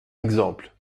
exemple